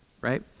right